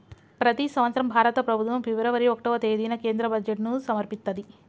ప్రతి సంవత్సరం భారత ప్రభుత్వం ఫిబ్రవరి ఒకటవ తేదీన కేంద్ర బడ్జెట్ను సమర్పిత్తది